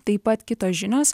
taip pat kitos žinios